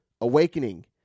awakening